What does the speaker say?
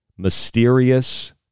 Mysterious